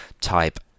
type